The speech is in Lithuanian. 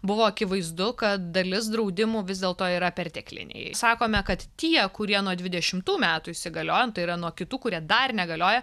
buvo akivaizdu kad dalis draudimų vis dėlto yra pertekliniai sakome kad tie kurie nuo dvidešimtų metų įsigalioja nu ta yra nuo kitų kurie dar negalioja